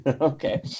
Okay